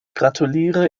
gratuliere